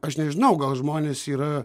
aš nežinau gal žmonės yra